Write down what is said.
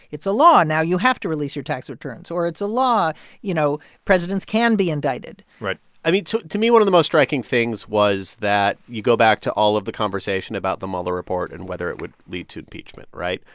it's a law now you have to release your tax returns. or it's a law you know, presidents can be indicted right i mean, so to me, one of the most striking things was that you go back to all of the conversation about the mueller report and whether it would lead to impeachment. right?